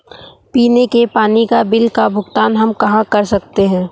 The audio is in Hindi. पीने के पानी का बिल का भुगतान हम कहाँ कर सकते हैं?